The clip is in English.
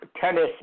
Tennis